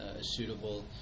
suitable